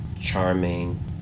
charming